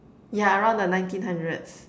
yeah around the nineteen hundreds